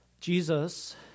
Jesus